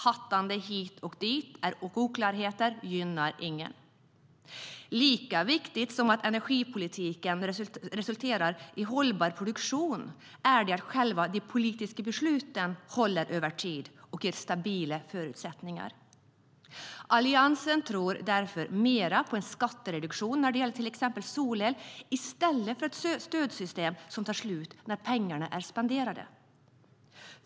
Hattande hit och dit och oklarheter gynnar ingen. Lika viktigt som att energipolitiken resulterar i hållbar produktion är det att själva de politiska besluten håller över tid och ger stabila förutsättningar. Alliansen tror därför mera på en skattereduktion när det gäller till exempel solel i stället för ett stödsystem som tar slut när pengarna är spenderade.